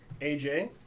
AJ